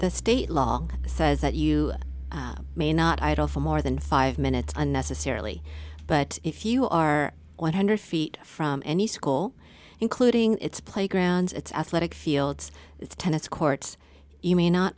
the state law says that you may not idle for more than five minutes unnecessarily but if you are one hundred feet from any school including its playgrounds its athletic fields tennis courts you may not